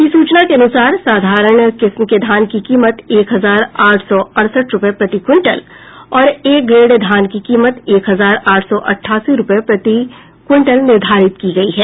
अधिसूचना के अनुसार साधारण किस्म के धान की कीमत एक हजार आठ सौ अड़सठ रूपये प्रति क्विंटल और ए ग्रेड धान की कीमत एक हजार आठ सौ अठासी रूपये प्रति क्विंटल निर्धारित की गयी है